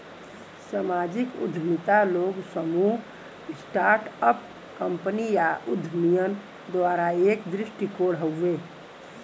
सामाजिक उद्यमिता लोग, समूह, स्टार्ट अप कंपनी या उद्यमियन द्वारा एक दृष्टिकोण हउवे